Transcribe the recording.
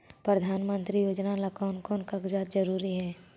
प्रधानमंत्री योजना ला कोन कोन कागजात जरूरी है?